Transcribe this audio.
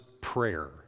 Prayer